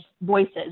voices